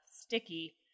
sticky